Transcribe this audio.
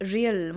Real